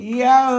yo